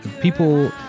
people